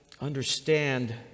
understand